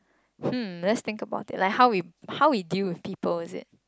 hmm let's think about it like how we how we deal with people with it